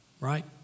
right